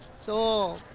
so.